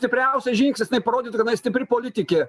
stipriausias žingsnis jinai parodytų kad jinai stipri politikė